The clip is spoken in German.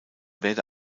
werde